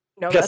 No